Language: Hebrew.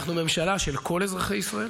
אנחנו ממשלה של כל אזרחי ישראל,